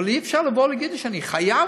אבל אי-אפשר לבוא ולהגיד לי שאני חייב